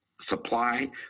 supply